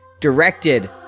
directed